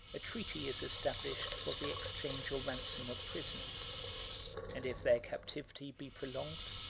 a treaty is established for the exchange or ransom of prisoners and if their captivity be prolonged,